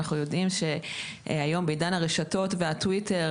אנחנו יודעים שהיום בעידן הרשתות והטוויטר,